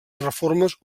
reformes